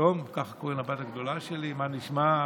תום, ככה קוראים לבת הגדולה שלי, מה נשמע?